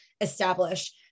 establish